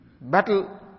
battle